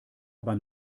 beim